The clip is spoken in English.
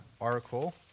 article